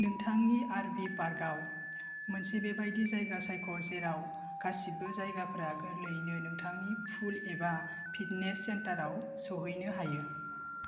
नोंथांनि आर वी पार्कआव मोनसे बेबादि जायगा सायख' जेराव गासिबो जायगाफोरा गोरलैयै नोंथांनि पुल एबा या फिटनेस सेन्टराव सौहैनो हायो